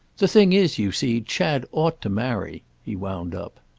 the thing is, you see, chad ought to marry! he wound up.